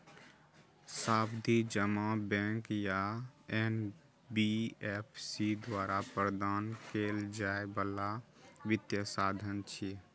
सावधि जमा बैंक या एन.बी.एफ.सी द्वारा प्रदान कैल जाइ बला वित्तीय साधन छियै